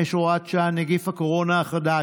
35, הוראת שעה, נגיף הקורונה החדש),